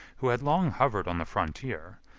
who had long hovered on the frontier,